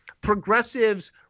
progressives